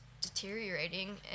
deteriorating